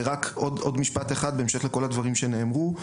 ורק עוד משפט אחד, בהמשך לכל הדברים שנאמרו.